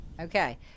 Okay